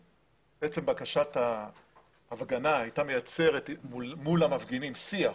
בקשת ההפגנה הייתה מייצרת מול המפגינים שיח,